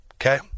okay